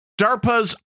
DARPA's